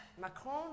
Macron